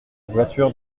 voiture